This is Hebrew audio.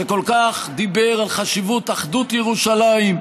שכל כך דיבר על חשיבות אחדות ירושלים,